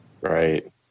Right